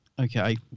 Okay